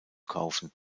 kaufen